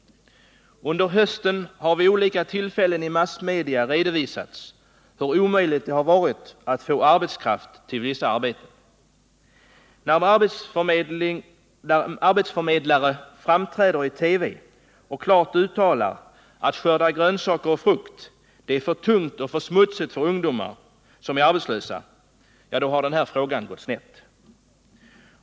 Under hösten har vid olika tillfällen i massmedia redovisats hur omöjligt det har varit att få arbetskraft till vissa arbeten. När arbetsförmedlare framträder i TV och klart uttalar att arbetet med att skörda grönsaker och frukt är för tungt och för smutsigt för ungdomar som är arbetslösa, då har den här frågan gått snett.